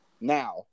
Now